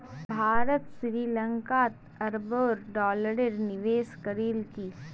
भारत श्री लंकात अरबों डॉलरेर निवेश करील की